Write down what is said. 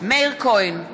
מאיר כהן,